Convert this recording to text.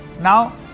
now